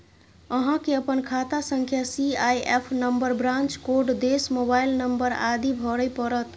अहां कें अपन खाता संख्या, सी.आई.एफ नंबर, ब्रांच कोड, देश, मोबाइल नंबर आदि भरय पड़त